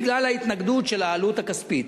בגלל ההתנגדות של העלות הכספית.